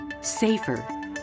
safer